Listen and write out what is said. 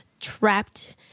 trapped